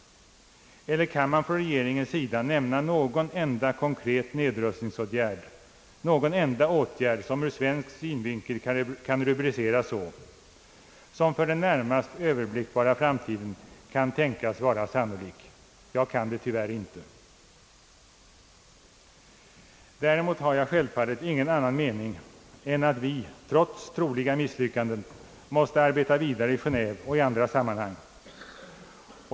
Eller kan man från regeringens sida nämna någon enda konkret nedrustningsåtgärd — någon enda åtgärd som ur svensk synvinkel kan rubriceras så — som för den närmast överblickbara framtiden kan tänkas vara sannolik? Jag kan det tyvärr inte. Däremot har jag självfallet ingen annan mening än att vi, trots troliga misslyckanden, måste arbeta vidare i Geneve och i andra sammanhang.